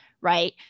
right